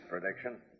prediction